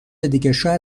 دیگه، شاید